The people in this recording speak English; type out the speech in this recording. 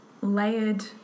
layered